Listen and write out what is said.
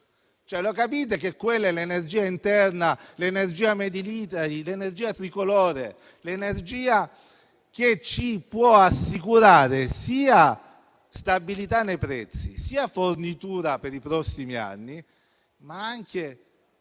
Capite che quella è l'energia interna, l'energia *made in Italy*, l'energia tricolore? È l'energia che ci può assicurare sia stabilità nei prezzi, sia fornitura per i prossimi anni, ma che